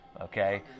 Okay